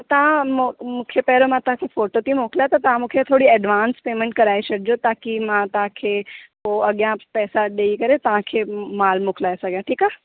तव्हां मूं मूंखे पहिरियों मां तव्हांखे फ़ोटो थी मोकिलियां त तव्हां मूंखे थोरी एडवांस पेमेंट कराए छॾिजो ताकी मां तव्हांखे ओ अॻियां पैसा ॾई करे तव्हांखे माल मोकलाए सघयां ठीकु आहे